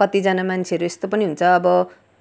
कतिजना मान्छेहरू यस्तो पनि हुन्छ अब